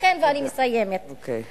לכן, ואני מסיימת, אוקיי.